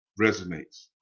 resonates